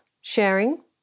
sharing